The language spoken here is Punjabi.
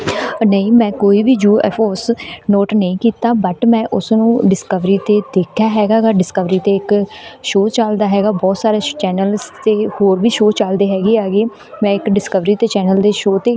ਨਹੀਂ ਮੈਂ ਕੋਈ ਵੀ ਯੂਐੱਫਓਸ ਨੋਟ ਨਹੀਂ ਕੀਤਾ ਬੱਟ ਮੈਂ ਉਸਨੂੰ ਡਿਸਕਵਰੀ 'ਤੇ ਦੇਖਿਆ ਹੈਗਾ ਗਾ ਡਿਸਕਵਰੀ 'ਤੇ ਇੱਕ ਸ਼ੋਅ ਚੱਲਦਾ ਹੈਗਾ ਬਹੁਤ ਸਾਰੇ ਚੈਨਲਸ 'ਤੇ ਹੋਰ ਵੀ ਸ਼ੋਅ ਚੱਲਦੇ ਹੈਗੇ ਐਗੇ ਮੈਂ ਇੱਕ ਡਿਸਕਵਰੀ ਦੇ ਚੈਨਲ ਦੇ ਸ਼ੋਅ 'ਤੇ